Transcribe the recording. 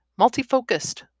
multifocused